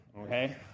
Okay